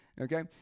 okay